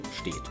steht